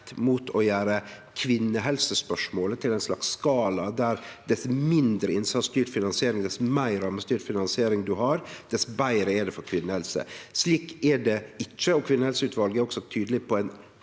mot å gjere kvinnehelsespørsmålet til ein slags skala der dess mindre innsatsstyrt finansiering og meir rammestyrt finansiering ein har, dess betre er det for kvinnehelse. Slik er det ikkje. Kvinnehelseutvalet er også tydeleg på ei